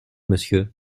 monsieur